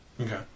Okay